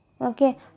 Okay